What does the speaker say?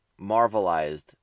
Marvelized